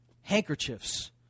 handkerchiefs